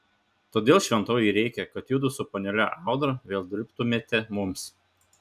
todėl šventovei reikia kad judu su panele audra vėl dirbtumėte mums